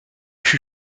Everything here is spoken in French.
fut